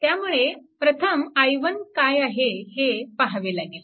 त्यामुळे प्रथम i1 काय आहे हे पाहावे लागेल